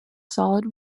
solid